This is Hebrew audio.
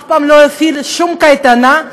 אף פעם לא הפעיל שום קייטנה,